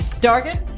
Dargan